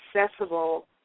accessible